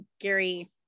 gary